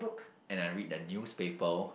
and I read the newspaper